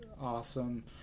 awesome